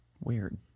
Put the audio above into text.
Weird